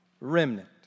Remnant